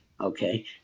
okay